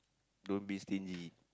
don't be stingy